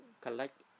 collect